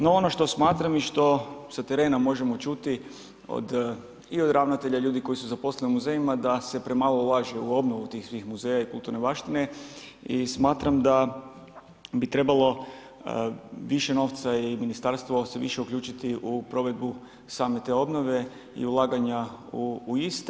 No ono što smatram i što sa terena možemo čuti i od ravnatelja i od ljudi koji su zaposleni u muzejima da se premalo ulaže u obnovu tih svih muzeja i kulturne baštine i smatram da bi trebalo više novca i ministarstvo se više uključiti u provedbu same te obnove i ulaganja u iste.